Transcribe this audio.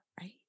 right